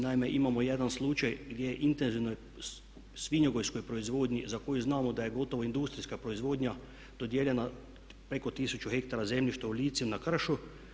Naime, imamo jedan slučaj gdje u intenzivnoj svinjogojskoj proizvodnji za koju znamo da je gotovo industrija proizvodnja dodijeljena preko tisuću hektara zemljišta u Lici na kršu.